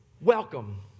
Welcome